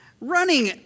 Running